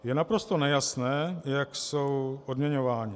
Je naprosto nejasné, jak jsou odměňováni.